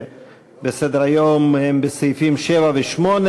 שבסדר-היום הן בסעיפים 7 ו-8,